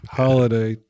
holiday